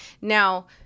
Now